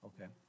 Okay